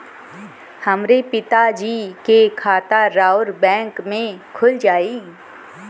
हमरे पिता जी के खाता राउर बैंक में खुल जाई?